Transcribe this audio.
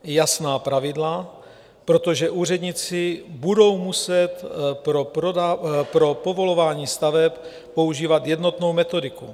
Jasná pravidla, protože úředníci budou muset pro povolování staveb používat jednotnou metodiku.